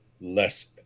less